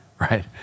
right